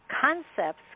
concepts